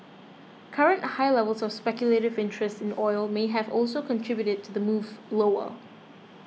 current high levels of speculative interest in oil may have also contributed to the move lower